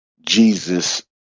Jesus